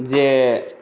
जे